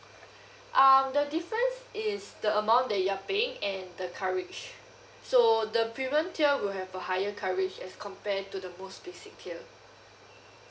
um the difference is the amount that you're paying and the coverage so the premium tier will have a higher coverage as compare to the most basic tier